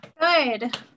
Good